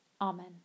Amen